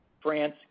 France